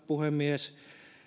puhemies